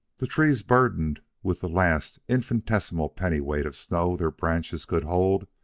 the trees, burdened with the last infinitesimal pennyweight of snow their branches could hold,